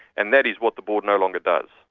and that is what the board no longer does.